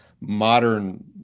modern